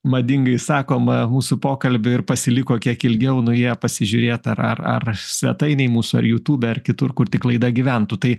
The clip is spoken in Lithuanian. madingai sakoma mūsų pokalbio ir pasiliko kiek ilgiau nuėję pasižiūrėti ar ar ar svetainėj mūsų ar jutube ar kitur kur tik laida gyventų tai